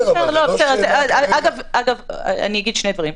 אני אגיד שני דברים.